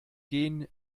gehen